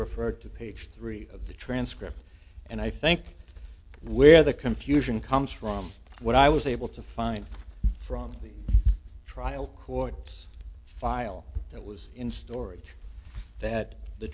referred to page three of the transcript and i think where the confusion comes from what i was able to find from the trial court's file that was in storage that the